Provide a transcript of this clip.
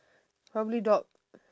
probably dog